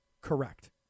Correct